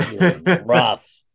Rough